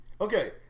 Okay